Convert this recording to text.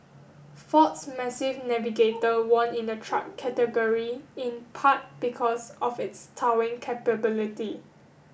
ford's massive Navigator won in the truck category in part because of its towing capability